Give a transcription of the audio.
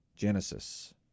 Genesis